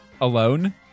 Alone